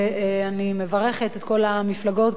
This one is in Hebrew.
ואני מברכת את כל המפלגות,